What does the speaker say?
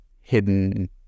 hidden